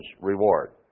reward